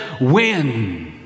win